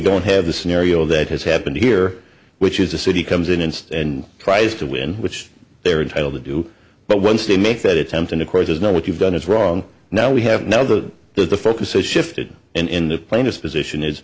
don't have the scenario that has happened here which is the city comes in instead and tries to win which they're entitled to do but once they make that attempt and of course there's no what you've done is wrong now we have now that the focus has shifted and in the plainest position is